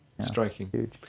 Striking